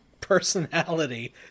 personality